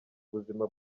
buzima